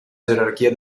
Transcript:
gerarchia